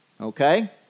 Okay